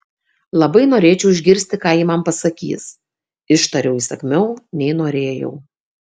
labai norėčiau išgirsti ką ji man pasakys ištariu įsakmiau nei norėjau